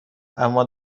اما